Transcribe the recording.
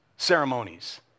Ceremonies